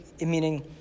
Meaning